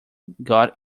got